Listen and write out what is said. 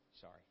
Sorry